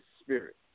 spirit